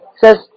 says